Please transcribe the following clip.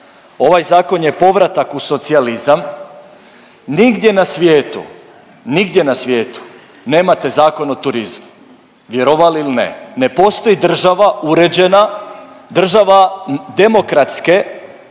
Ovaj zakon je povratak u socijalizam. Nigdje na svijetu, nigdje na svijetu nemate Zakon o turizmu. Vjerovali ili ne. Ne postoji država uređena, država demokratske